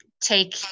take